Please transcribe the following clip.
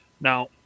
Now